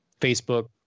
Facebook